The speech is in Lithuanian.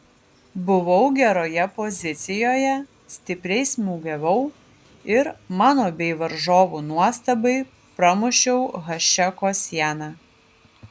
buvau geroje pozicijoje stipriai smūgiavau ir mano bei varžovų nuostabai pramušiau hašeko sieną